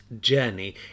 Journey